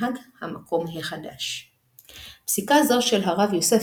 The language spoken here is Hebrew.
משום שתנאי העת החדשה הביאו לכך שכל קהילה